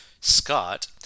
Scott